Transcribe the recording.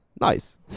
nice